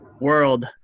world